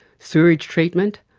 sewerage treatment,